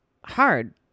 hard